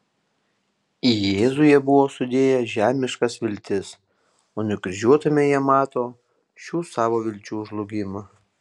į jėzų jie buvo sudėję žemiškas viltis o nukryžiuotame jie mato šių savo vilčių žlugimą